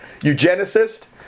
Eugenicist